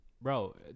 Bro